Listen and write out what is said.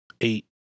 eight